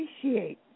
appreciate